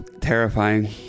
terrifying